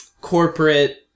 corporate